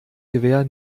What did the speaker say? gewehr